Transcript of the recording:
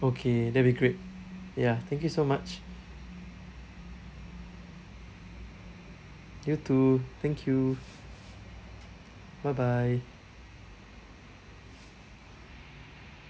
okay that'll be great ya thank you so much you too thank you bye bye